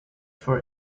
for